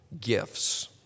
gifts